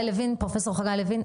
פרופ' חגי לוין.